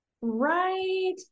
right